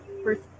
first